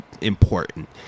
important